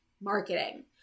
marketing